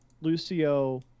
lucio